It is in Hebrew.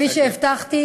כפי שהבטחתי,